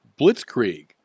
blitzkrieg